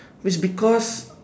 which because